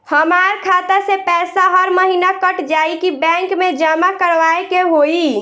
हमार खाता से पैसा हर महीना कट जायी की बैंक मे जमा करवाए के होई?